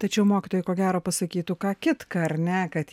tačiau mokytojai ko gero pasakytų ką kitką ar ne kad